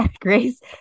Grace